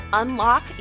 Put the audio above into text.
unlock